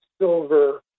silver